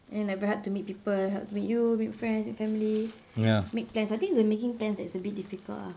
and then like very hard to meet people hard to meet you meet friends meet family make plans I think it's the making plans that is a bit difficult uh